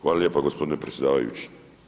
Hvala lijepa gospodine predsjedavajući.